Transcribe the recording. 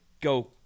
go